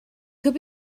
could